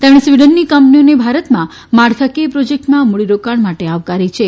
તેમણે સ્વીડનની કંપનીઓને ભારતમાં માળખાંકીય પ્રોજેક્ટમાં મૂડીરોકાણ માટે આવકારી છે